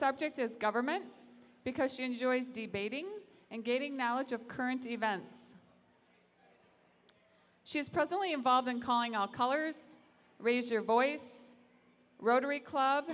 subject is government because she enjoys debating and gaining knowledge of current events she is presently involved in calling all colors raise your voice rotary club